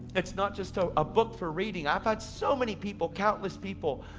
it's not just a ah book for reading. i've had so many people, countless people,